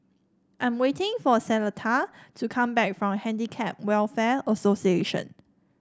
I am waiting for Cleta to come back from Handicap Welfare Association